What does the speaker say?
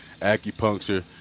acupuncture